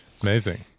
amazing